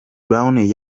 brown